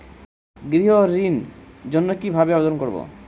গৃহ ঋণ জন্য কি ভাবে আবেদন করব?